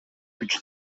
күч